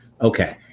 Okay